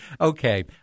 okay